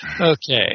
Okay